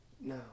No